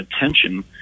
attention